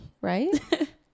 Right